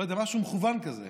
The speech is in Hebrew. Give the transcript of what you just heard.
לא יודע, משהו מכוון כזה.